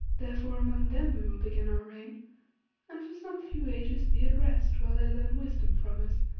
therefore among them we will begin our reign and for some few ages be at rest while they learn wisdom from us,